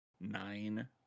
nine